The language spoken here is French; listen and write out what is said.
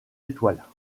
étoiles